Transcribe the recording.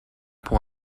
pour